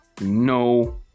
no